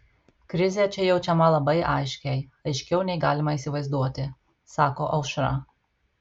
krizė čia jaučiama labai aiškiai aiškiau nei galima įsivaizduoti sako aušra